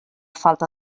falta